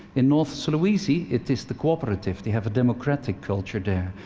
in north sulawesi it is the cooperative they have a democratic culture there,